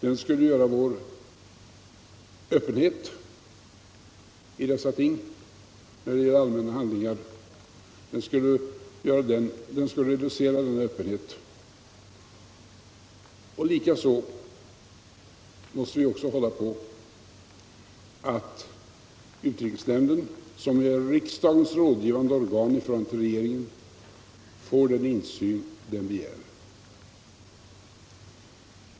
Den skulle reducera vår öppenhet när det gäller allmänna handlingar. Likaså måste vi hålla på att utrikesnämnden, som är riksdagens rådgivande organ i förhållande till regeringen, får den insyn den begär.